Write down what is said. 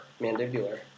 Mandibular